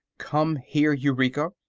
come here, eureka!